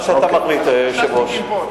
מה שאתה מחליט, היושב-ראש.